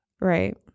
Right